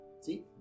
See